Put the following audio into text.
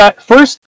first